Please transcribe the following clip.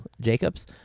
Jacobs